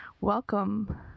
welcome